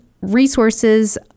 resources